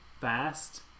fast